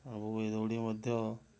ଆଉ ଏ ଦଉଡ଼ି ମଧ୍ୟ